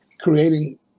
creating